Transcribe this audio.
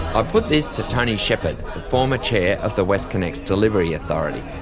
i put this to tony shepherd, the former chair of the westconnex delivery authority.